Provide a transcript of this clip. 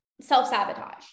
self-sabotage